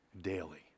daily